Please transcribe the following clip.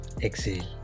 exhale